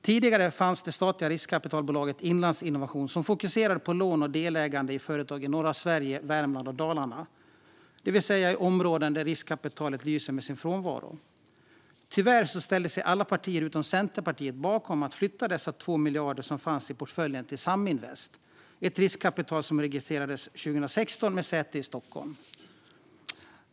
Tidigare fanns det statliga riskkapitalbolaget Inlandsinnovation som fokuserade på lån och delägande i företag i norra Sverige, Värmland och Dalarna, det vill säga i områden där riskkapitalet lyser med sin frånvaro. Tyvärr ställde sig alla partier utom Centerpartiet bakom att flytta de 2 miljarder som fanns i portföljen till Saminvest, ett riskkapitalbolag som registrerades 2016 med säte i Stockholm.